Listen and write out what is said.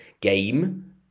Game